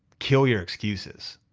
kill your excuses.